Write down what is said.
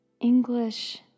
English